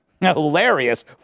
Hilarious